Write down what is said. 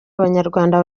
abanyarwanda